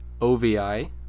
OVI